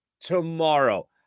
tomorrow